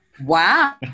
Wow